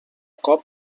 cop